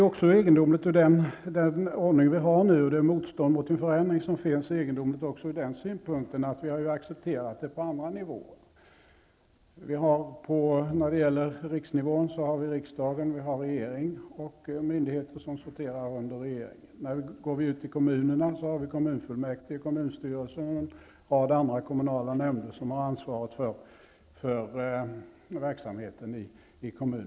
Det motstånd mot en förändring som finns är egendomligt också ur den synpunkten att vi har accepterat en annan ordning på andra nivåer. På riksnivå har vi riksdag och regering och myndigheter som sorterar under regeringen. I kommunerna har vi kommunfullmäktige, kommunstyrelse och en rad andra nämnder som har ansvaret för verksamheten i kommunen.